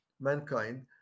mankind